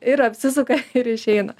ir apsisuka ir išeina